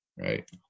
right